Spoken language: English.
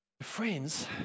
friends